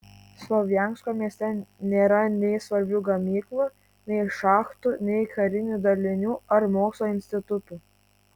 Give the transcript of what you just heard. slovjansko mieste nėra nei svarbių gamyklų nei šachtų nei karinių dalinių ar mokslo institutų